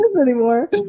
anymore